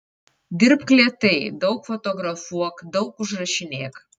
dirbk lėtai daug fotografuok daug užrašinėk